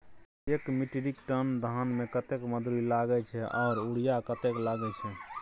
एक metric ton धान में कतेक मजदूरी लागे छै आर यूरिया कतेक लागे छै?